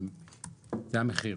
זה המחיר.